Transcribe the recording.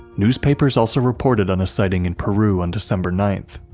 newspapers also reported on a sighting in peru on december nine,